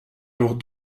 leurs